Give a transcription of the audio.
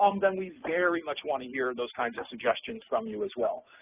um then we very much want to hear those kinds of suggestions from you as well,